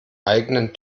eigenen